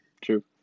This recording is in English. true